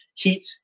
Heat